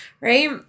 Right